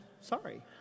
sorry